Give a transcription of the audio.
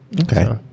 Okay